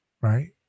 right